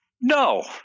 No